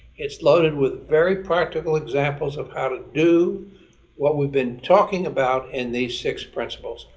it's loaded with very practical examples of how to do what we've been talking about in these six principles.